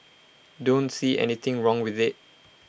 don't see anything wrong with IT